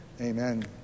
Amen